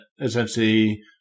essentially